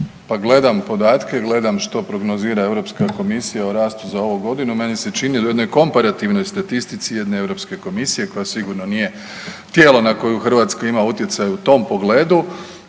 pa gledam podatke, gledam što prognozira Europska komisija o rastu za ovu godinu i meni se čini u jednoj komparativnoj statistici jedne Europske komisije koja sigurno nije tijelo na koju Hrvatska ima utjecaj u tom pogledu,